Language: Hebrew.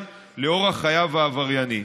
חבר'ה, קצת שקט במליאה.